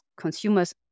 consumers